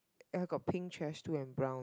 I got pink trash too and brown